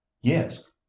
yes